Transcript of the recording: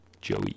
Joey